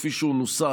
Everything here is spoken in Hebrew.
כפי שהוא נוסח,